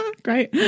great